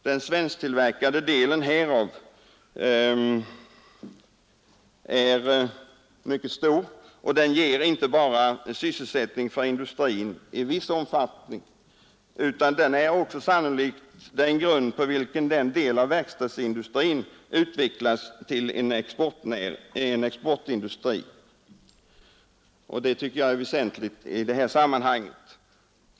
Den svensktillverkade delen härav är mycket stor och den ger inte bara sysselsättning för industrin, utan den är också sannolikt den grund på vilken en del av verkstadsindustrin utvecklas till en exportindustri, något som jag tycker är väsentligt i det här sammanhanget.